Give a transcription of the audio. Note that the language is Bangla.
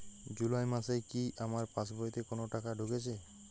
জুলাই মাসে কি আমার পাসবইতে কোনো টাকা ঢুকেছে?